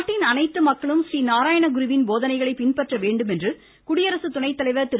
நாட்டின் அனைத்து மக்களும் ஸ்ரீநாராயண குருவின் போதனைகளை பின்பற்ற வேண்டும் என்று குடியரசு துணைத்தலைவர் திரு